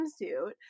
swimsuit